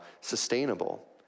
sustainable